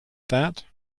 that